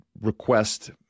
request